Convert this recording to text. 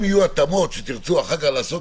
אם יהיו התאמות שתרצו אחר כך לעשות,